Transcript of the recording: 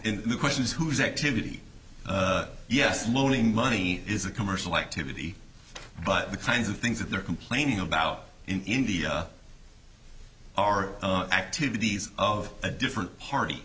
in the question is who's activity yes loaning money is a commercial activity but the kinds of things that they're complaining about in india are activities of a different party